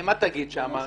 מה תגיד שם?